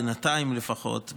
בינתיים לפחות,